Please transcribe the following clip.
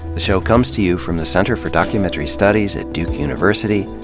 show comes to you from the center for documentary studies at duke university,